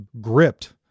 gripped